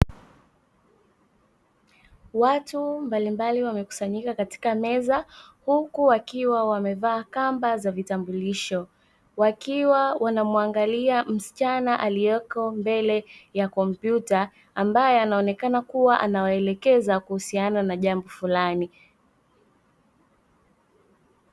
Watu mbalimbali wamekusanyika katika meza huku wakiwa wamevaa kamba za vitambulisho, wakiwa wanamuangalia msichana aliyeko mbele ya kompyuta ambaye anaonekana kuwa anawaelekeza juu ya jambo fulani.